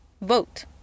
vote